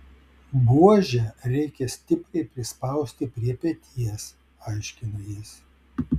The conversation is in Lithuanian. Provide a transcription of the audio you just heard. buožę reikia stipriai prispausti prie peties aiškina jis